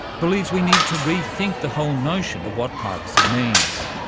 believes we need to rethink the whole notion of what privacy means.